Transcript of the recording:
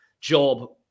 job